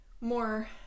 more